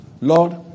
Lord